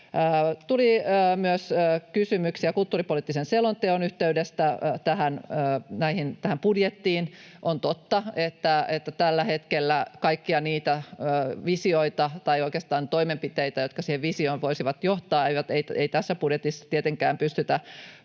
Tuli myös kysymyksiä kulttuuripoliittisen selonteon yhteydestä tähän budjettiin. On totta, että tällä hetkellä kaikkia niitä visioita tai oikeastaan toimenpiteitä, jotka siihen visioon voisivat johtaa, ei tässä budjetissa tietenkään pystytä